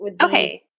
Okay